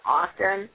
often